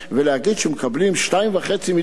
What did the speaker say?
ולהגיד שמקבלים 2.5 מיליון,